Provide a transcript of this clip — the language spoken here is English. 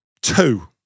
two